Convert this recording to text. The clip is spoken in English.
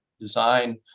design